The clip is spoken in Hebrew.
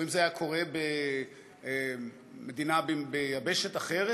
או אם זה היה קורה במדינה ביבשת אחרת,